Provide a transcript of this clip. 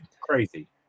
crazy